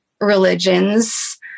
religions